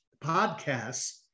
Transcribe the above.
podcasts